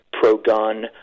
pro-gun